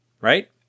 right